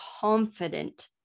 confident